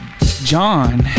John